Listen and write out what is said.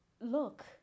look